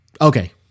Okay